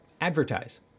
advertise